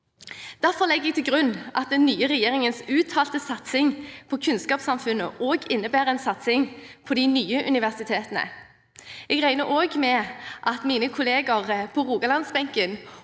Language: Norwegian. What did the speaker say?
Derfor legger jeg til grunn at den nye regjeringens uttalte satsing på kunnskapssamfunnet også innebærer en satsing på de nye universitetene. Jeg regner også med at mine kolleger på Rogalands-benken